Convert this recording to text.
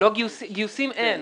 גיוסים אין.